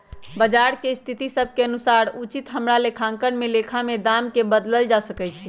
बजार के स्थिति सभ के अनुसार उचित हमरा लेखांकन में लेखा में दाम् के बदलल जा सकइ छै